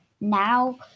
now